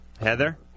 Heather